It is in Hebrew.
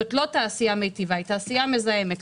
זו לא תעשייה מיטיבה אלא מזהמת.